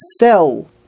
sell